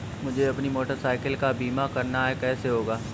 मुझे अपनी motor cycle का बीमा करना है कैसे होगा?